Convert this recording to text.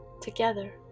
together